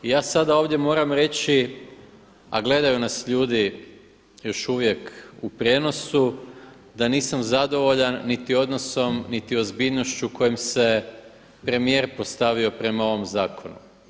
I ja sada ovdje moram reći, a gledaju nas ljudi još uvijek u prijenosu da nisam zadovoljan niti odnosom, niti ozbiljnošću kojom se premijer postavio prema ovom zakonu.